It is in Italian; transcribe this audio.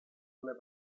alle